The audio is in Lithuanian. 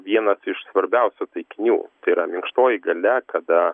vienas iš svarbiausių taikinių tai yra minkštoji galia kada